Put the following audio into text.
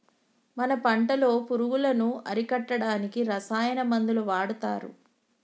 మన పంటలో పురుగులను అరికట్టడానికి రసాయన మందులు వాడతారు